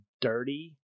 dirty